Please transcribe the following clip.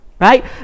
right